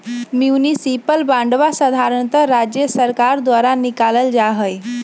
municipal बांडवा साधारणतः राज्य सर्कार द्वारा निकाल्ल जाहई